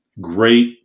great